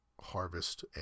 harvest